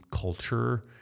culture